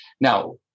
Now